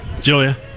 Julia